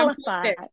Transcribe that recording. qualified